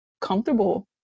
comfortable